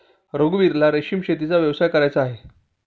रघुवीरला रेशीम शेतीचा व्यवसाय करायचा आहे